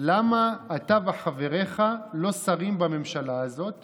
למה אתה וחבריך לא שרים בממשלה הזאת